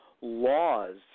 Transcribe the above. laws